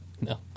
No